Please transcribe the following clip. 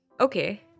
Okay